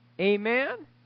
Amen